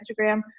Instagram